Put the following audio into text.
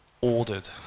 ordered